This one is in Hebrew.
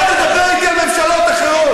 אל תדבר אתי על ממשלות אחרות.